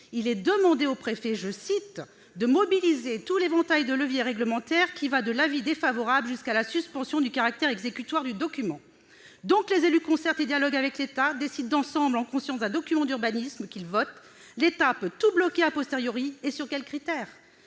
il est demandé aux préfets de « mobiliser tout l'éventail de leviers réglementaires », qui va de l'avis défavorable jusqu'à la suspension du caractère exécutoire du document. Les élus concertent et dialoguent avec l'État, décident ensemble, en conscience, d'un document d'urbanisme qu'ils votent, mais l'État peut tout bloquer. Sur quels critères